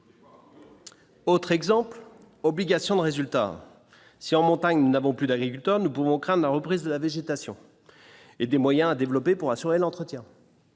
Autre exemple : l'obligation de résultat, si en montagne, nous n'avons plus d'agriculteurs, nous pouvons craindre la reprise de la végétation et des moyens développés pour assurer l'entretien.